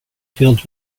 filled